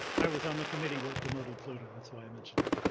i was on the committee that demoted pluto. that's why i mentioned it.